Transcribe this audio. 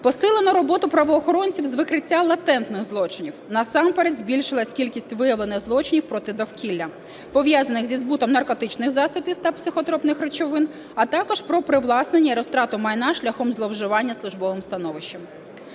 Посилено роботу правоохоронців з викриття латентних злочинів, насамперед збільшилася кількість виявлених злочинів проти довкілля, пов'язаних зі збутом наркотичних засобів та психотропних речовин, а також про привласнення і розтрату майна шляхом зловживання службовим становищем.